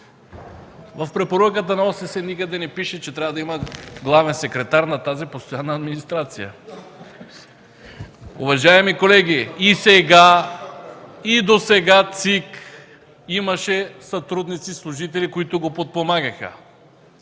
В препоръката на ОССЕ никъде не пише, че трябва да има главен секретар на тази постоянна администрация. Уважаеми колеги, и сега, и досега ЦИК имаше сътрудници-служители, които го подпомагаха.